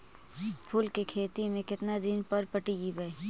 फूल के खेती में केतना दिन पर पटइबै?